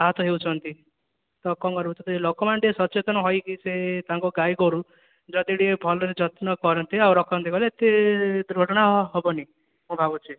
ଆହତ ହେଉଛନ୍ତି ତ କଣ କରିବୁ ଲୋକମାନେ ଟିକେ ସଚେତନ ହେଇକି ସେ ତାଙ୍କ ଗାଈ ଗୋରୁ ଯଦି ଟିକେ ଭଲରେ ଯତ୍ନ କରନ୍ତି ଓ ରଖନ୍ତି ହେଲେ ଏତେ ଦୂର୍ଘଟଣା ହେବନି ମୁଁ ଭାବୁଛି